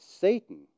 Satan